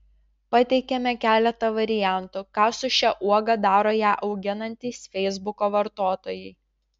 pateikiame keletą variantų ką su šia uoga daro ją auginantys feisbuko vartotojai